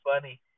funny